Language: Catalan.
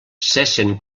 cessen